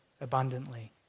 abundantly